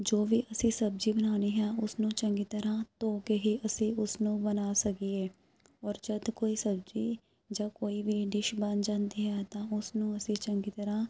ਜੋ ਵੀ ਅਸੀਂ ਸਬਜ਼ੀ ਬਣਾਉਂਦੇ ਹਾਂ ਉਸਨੂੰ ਚੰਗੀ ਤਰ੍ਹਾਂ ਧੋ ਕੇ ਹੀ ਅਸੀਂ ਉਸਨੂੰ ਬਣਾ ਸਕੀਏ ਔਰ ਜਦ ਕੋਈ ਸਬਜ਼ੀ ਜਾਂ ਕੋਈ ਵੀ ਡਿਸ਼ ਬਣ ਜਾਂਦੀ ਹੈ ਤਾਂ ਉਸਨੂੰ ਅਸੀਂ ਚੰਗੀ ਤਰ੍ਹਾਂ